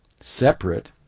separate